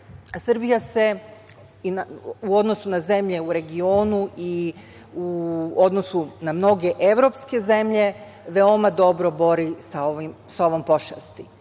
Srbija se u odnosu na zemlje u regionu i u odnosu na mnoge evropske zemlje veoma dobro bori sa ovom pošasti. Zato